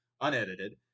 unedited